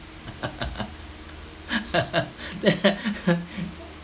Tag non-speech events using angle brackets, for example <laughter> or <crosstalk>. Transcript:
<laughs> that <laughs>